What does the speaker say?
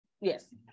Yes